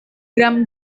gram